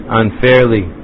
unfairly